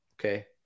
Okay